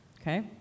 Okay